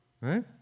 right